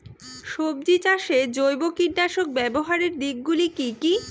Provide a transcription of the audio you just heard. সবজি চাষে জৈব কীটনাশক ব্যাবহারের দিক গুলি কি কী?